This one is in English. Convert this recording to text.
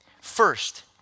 First